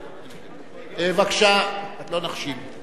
בבקשה, לא נחשיב.